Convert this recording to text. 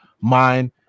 mind